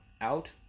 out